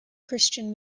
christian